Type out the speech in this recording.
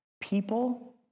People